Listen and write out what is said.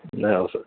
نہیں ہو سکتا